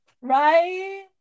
right